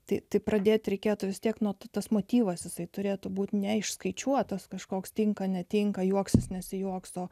tai tik pradėti reikėtų vis tiek nuo to tas motyvas jisai turėtų būti ne išskaičiuotas kažkoks tinka netinka juoksis nesijuoks o